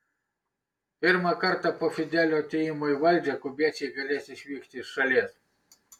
pirmą kartą po fidelio atėjimo į valdžią kubiečiai galės išvykti iš šalies